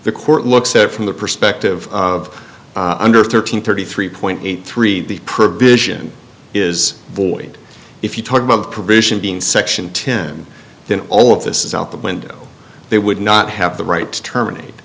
the court looks at it from the perspective of under thirteen thirty three point eight three the provision is void if you talk about the provision being section tim then all of this is out the window they would not have the right to terminate